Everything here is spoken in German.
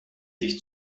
sich